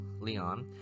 Leon